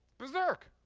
berserk.